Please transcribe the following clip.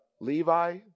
Levi